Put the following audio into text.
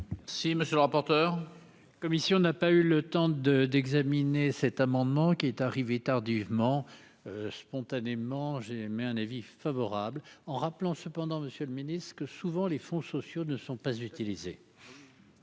Si monsieur le rapporteur. Commission n'a pas eu le temps de d'examiner cet amendement, qui est arrivé tardivement spontanément, j'émets un avis favorable en rappelant cependant Monsieur le Ministre, ce que souvent les fonds sociaux ne sont pas utilisées.